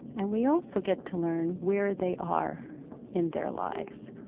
and we also get to learn where they are in their lives